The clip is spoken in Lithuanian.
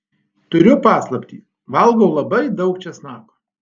turiu paslaptį valgau labai daug česnako